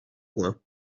points